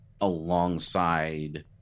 alongside